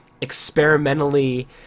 experimentally